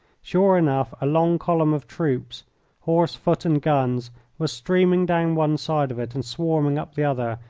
sure enough, a long column of troops horse, foot, and guns was streaming down one side of it and swarming up the other,